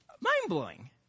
Mind-blowing